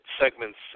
segments